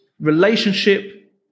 Relationship